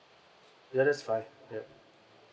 ya that's fine yup